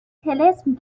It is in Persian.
طلسم